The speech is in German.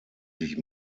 sich